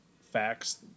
facts